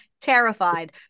terrified